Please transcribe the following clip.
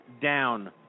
down